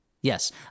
Yes